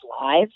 live